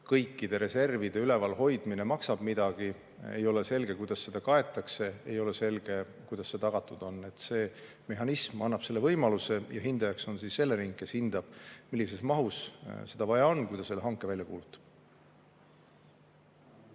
kõikide reservide ülevalhoidmine maksab midagi ja vastasel korral ei ole selge, kuidas seda kaetakse, ei ole selge, kuidas see tagatud on. See mehhanism annab selle võimaluse ja hindaja on Elering, kes hindab, millises mahus seda vaja on, kui ta selle hanke välja kuulutab.